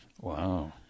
Wow